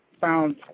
found